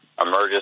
emerges